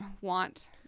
want